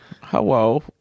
Hello